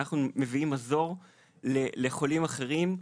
אנחנו מביאים מזור לחולים אחרים.